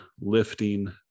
lifting